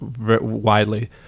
widely